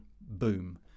boom